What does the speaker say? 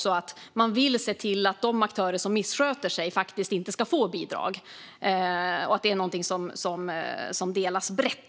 Man vill se till att de aktörer som missköter sig faktiskt inte ska få bidrag, och det engagemanget är något som delas brett.